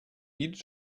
needed